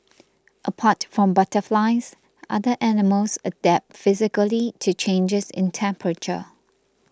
apart from butterflies other animals adapt physically to changes in temperature